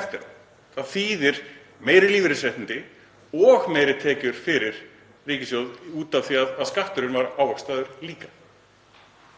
eftir á. Það þýðir meiri lífeyrisréttindi og meiri tekjur fyrir ríkissjóð út af því að skatturinn var ávaxtaður líka.